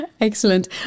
excellent